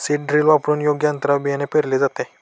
seed drill वापरून योग्य अंतरावर बियाणे पेरले जाते